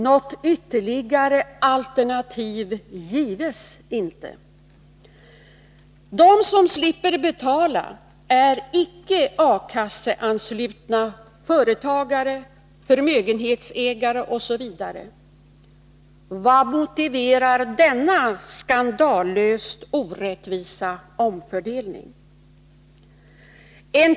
Något ytterligare alternativ gives inte. De som slipper betala är icke A-kasseanslutna företagare, förmögenhetsägare osv. Vad motiverar denna skandalöst orättvisa omfördelning?